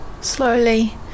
Slowly